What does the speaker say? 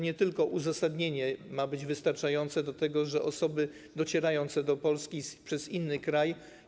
Nie tylko uzasadnienie jest wystarczające do tego, żeby osoby docierające do Polski przez inny kraj.